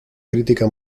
crítica